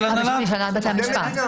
של הנהלת בתי המשפט.